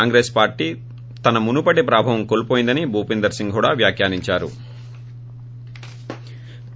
Congress party తన మునుపటి ప్రాభవం కోల్పోయిందని భూపీందర్ సింగ్ హుడా వ్యాఖ్యానించారు